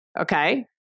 Okay